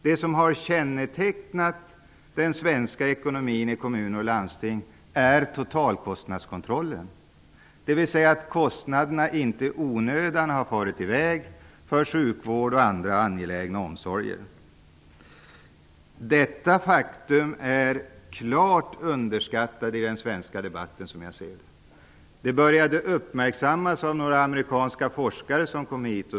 Det som har kännetecknat den svenska ekonomin i kommuner och landsting är totalkostnadskontrollen, dvs. att kostnaderna inte i onödan har farit i väg för sjukvård och andra angelägna omsorger. Detta faktum är, som jag ser det, klart underskattat i den svenska debatten. Det uppmärksammades i samband med att några amerikanska forskare kom till Sverige.